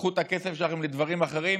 קחו את הכסף שלכן לדברים אחרים,